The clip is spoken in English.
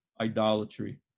idolatry